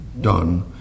done